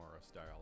style